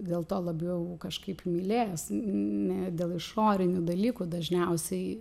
dėl to labiau kažkaip mylė ne dėl išorinių dalykų dažniausiai